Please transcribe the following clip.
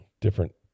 different